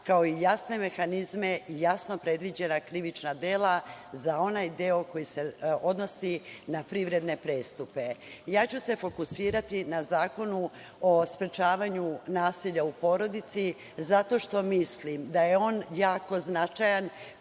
kao i jasne mehanizme i jasno predviđena krivična dela za onaj deo koji se odnosi na privredne prestupe. Fokusiraću se na Zakon o sprečavanju nasilja u porodici, zato što mislim da je on jako značajan,